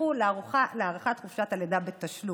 זכו להארכת חופשת הלידה בתשלום.